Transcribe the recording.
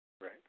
Right